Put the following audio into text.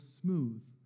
smooth